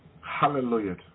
Hallelujah